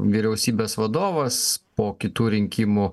vyriausybės vadovas po kitų rinkimų